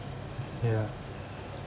ya